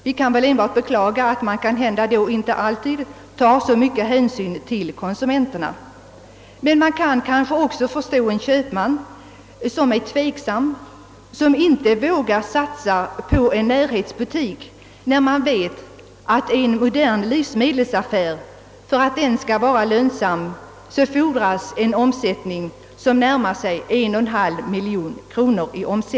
Vi kan väl enbart beklaga att de då inte alltid tar så stor hänsyn till konsumenterna. De måste få butikerna att löna sig. Man kan kanske förstå en köpman som inte vågar satsa på en närhetsbutik, när man vet att en livsmedelsaffär för att vara lönsam kräver en omsättning som närmar sig en och en halv miljon kronor.